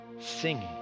Singing